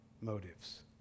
motives